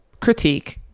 critique